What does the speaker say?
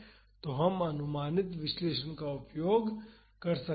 तो हम अनुमानित विश्लेषण का उपयोग कर सकते हैं